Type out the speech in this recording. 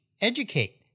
educate